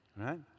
Right